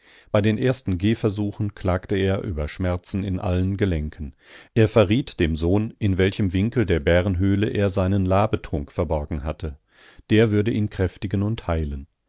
bei den ersten gehversuchen klagte er über schmerzen in allen gelenken er verriet dem sohn in welchem winkel der bärenhöhle er seinen labetrunk verborgen hatte der würde ihn kräftigen und heilen